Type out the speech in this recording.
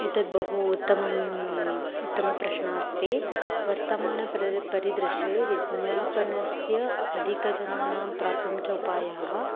एतद्बहु उत्तमम् उत्तमप्रश्नः अस्ति वर्तमानं प्रति परिदृशे विज्ञापनस्य अधिकजनानां प्राप्तुं च उपायाः